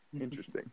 Interesting